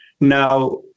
Now